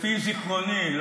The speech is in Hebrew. לפי זיכרוני,